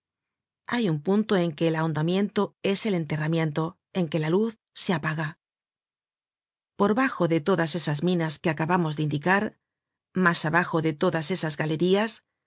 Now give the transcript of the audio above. hay un punto en que el ahondamiento es el enterramiento en que la luz se apaga por bajo de todas esas minas que acabamos de indicar mas abajo de todas esas galerías